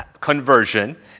conversion